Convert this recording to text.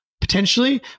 potentially